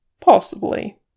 Possibly